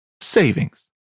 savings